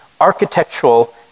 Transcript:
architectural